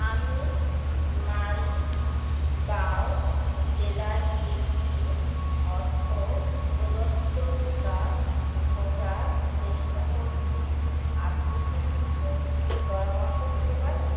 আমি মারিগাঁও জেলার একটি অর্থ প্রদত্ত টিকা খোঁজার চেষ্টা করছি আপনি কি কিছু পরামর্শ দিতে পারেন